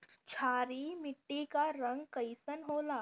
क्षारीय मीट्टी क रंग कइसन होला?